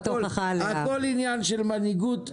הכל עניין של מנהיגות ורצון.